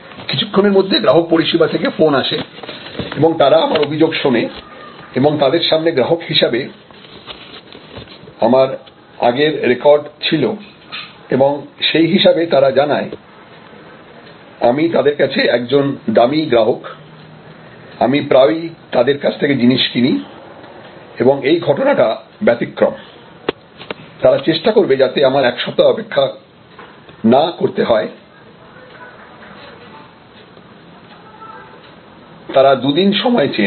কিছুক্ষণের মধ্যে গ্রাহক পরিষেবা থেকে ফোন আসে এবং তারা আমার অভিযোগ শোনে এবং তাদের সামনে গ্রাহক হিসাবে আমার আগের রেকর্ড ছিল এবং সেই হিসাবে তারা জানায় আমি তাদের কাছে একজন দামী গ্রাহক আমি প্রায়ই তাদের কাছ থেকে জিনিস কিনি এবং এই ঘটনাটা ব্যতিক্রম তারা চেষ্টা করবে যাতে আমার এক সপ্তাহ অপেক্ষা না করতে হয় তারা দুদিন সময় চেয়ে নেয়